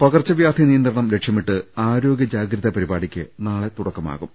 പകർച്ചവ്യാധി നിയന്ത്രണം ലക്ഷ്യമിട്ട് ആരോഗ്യ ജാഗ്രതാ പരിപാ ടിക്ക് നാളെ തുടക്കമാകും